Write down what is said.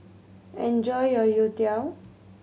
enjoy your youtiao